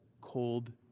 cold